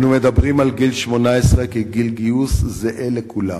אנו מדברים על גיל 18 כגיל גיוס זהה לכולם.